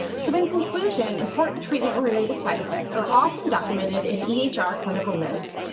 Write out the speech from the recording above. so, in conclusion, important treatment, related side effects are often documented in each our clinical notes.